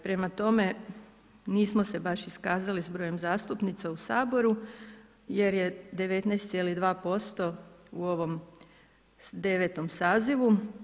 Prema tome, nismo se baš iskazali s brojem zastupnica u Saboru jer je 19,2% u ovom 9. sazivu.